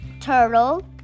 turtle